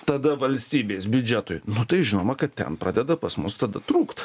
tada valstybės biudžetui nu tai žinoma kad ten pradeda pas mus tada trūkt